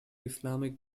islamic